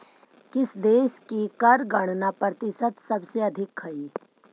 किस देश की कर गणना प्रतिशत सबसे अधिक हई